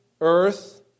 earth